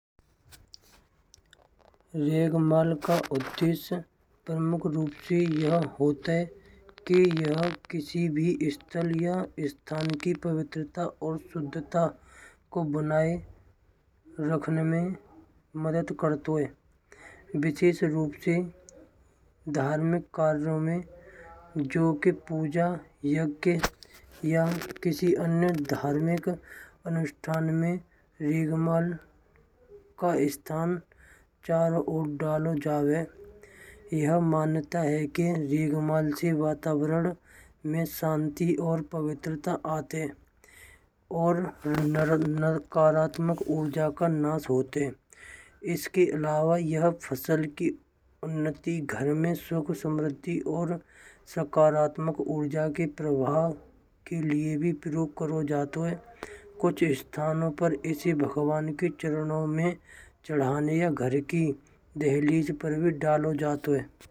रेगमाल का उद्देश्य प्रमुख रूप से यह होत है। के यह किसी भी स्थल या स्थान की पवित्रता और शुद्धता को बनाए रखने में मदद करतो है। विशेष रूप से धार्मिक कार्यों में जो कि पूजा यज्ञ या किसी अन्य धार्मिक अनुष्ठान में रेगमाल का स्थान चारों ओर डालो जावे। यह मानो जातो है कि रेगमाल से वातावरण में शांति और पवित्रता आते हैं। और नकारात्मक ऊर्जा का नाश होते हैं। इसके अलावा यह फसल की उन्नति घर में सुख समृद्धि और सकारात्मक ऊर्जा के प्रभाव के लिए भी प्रयोग करो जात है। कुछ स्थानों पर इसे भगवान के चरणों में चढ़ाने या घर की देहलीज पर भी डालो जातो है।